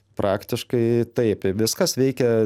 praktiškai taip viskas veikia